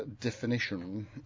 definition